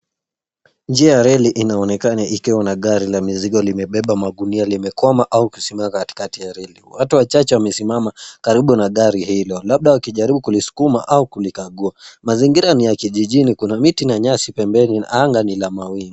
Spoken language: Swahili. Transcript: Njia ya reli inaonekana ikiwa na gari la mizigo limebeba magunia limekwama au kusimama katikati ya reli. Watu wachache wamesimama karibu na gari hilo labda wakijaribu kuliskuma au kulikagua. Mazingira ni ya kijijini. Kuna miti na nyasi pembeni na anga ni la mawingu.